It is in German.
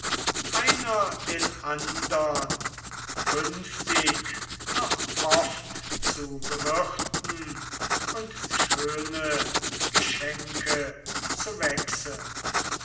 einer den andern künftig noch oft zu bewirten und schöne geschenke zu wechseln